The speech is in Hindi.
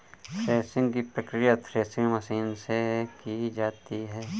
थ्रेशिंग की प्रकिया थ्रेशिंग मशीन से की जाती है